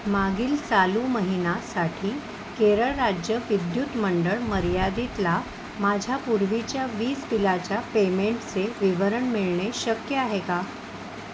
मागील चालू महिनासाठी केरळ राज्य विद्युत मंडळ मर्यादितला माझ्या पूर्वीच्या वीज बिलाच्या पेमेंटचे विवरण मिळणे शक्य आहे का